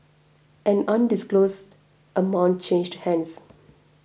an undisclosed amount changed hands